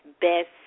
best